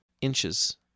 inches